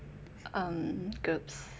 um groups